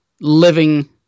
living